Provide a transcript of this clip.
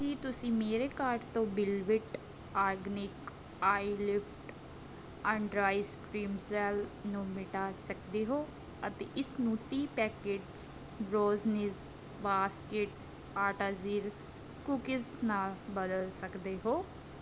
ਕੀ ਤੁਸੀਂ ਮੇਰੇ ਕਾਰਟ ਤੋਂ ਬਿੱਲਵਿੱਟ organic eye lift under ice cream gel ਨੂੰ ਮਿਟਾ ਸਕਦੇ ਹੋ ਅਤੇ ਇਸਨੂੰ ਤੀਹ ਪੈਕੇਟਸ ਬਰੋਜ਼ਨਿਜ਼ ਬਾਸਕਿਟ ਆਟਾ ਜ਼ੀਰਾ ਕੂਕੀਜ਼ ਨਾਲ ਬਦਲ ਸਕਦੇ ਹੋ